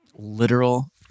Literal